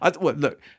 Look